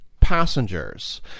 passengers